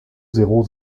zéro